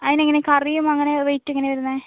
അതിന് എങ്ങനെ കറി എങ്ങനെ റേറ്റ് എങ്ങനെ ആണ് വരുന്നത്